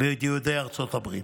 ויהודי ארצות הברית.